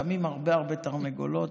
שמים הרבה הרבה תרנגולות,